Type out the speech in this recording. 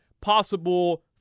possible